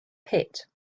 pit